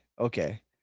Okay